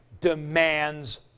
demands